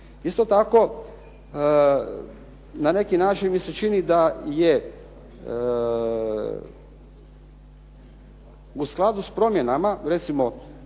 Isto tako, na neki način mi se čini da je u skladu s promjenama recimo